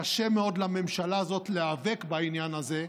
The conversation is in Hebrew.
קשה מאוד לממשלה הזאת להיאבק בעניין הזה,